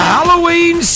Halloween